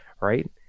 right